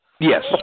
Yes